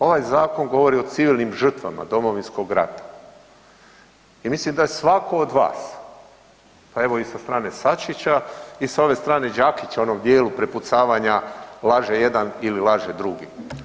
Ovaj zakon govori o civilnim žrtvama Domovinskog rata i mislim da je svatko od vas pa evo i sa strane Sačića i sa ove strane Đakića u onom dijelu prepucavanja laže jedan ili laže drugi.